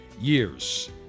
years